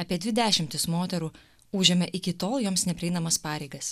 apie dvi dešimtis moterų užėmė iki tol joms neprieinamas pareigas